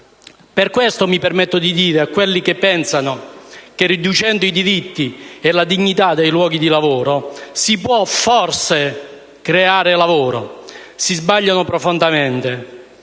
Per questo mi permetto di dire a quelli che pensano che riducendo i diritti e la dignità dei luoghi di lavoro si può forse creare lavoro che si sbagliano di